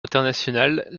internationale